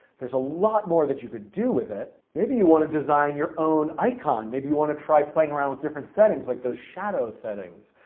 there's a lot more that you can do with it. maybe you want to design your own icon. maybe you want to try playing around with different settings, like those shadow settings.